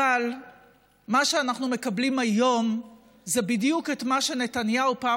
אבל מה שאנחנו מקבלים היום זה בדיוק מה שנתניהו פעם